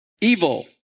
evil